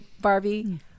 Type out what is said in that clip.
Barbie